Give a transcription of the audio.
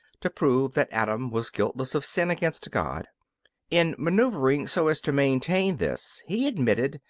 to prove that adam was guiltless of sin against god in manoeuvring so as to maintain this he admitted,